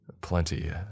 Plenty